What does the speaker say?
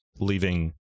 leaving